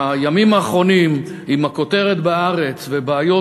הימים האחרונים עם הכותרת ב"הארץ" ובעיות,